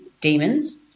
demons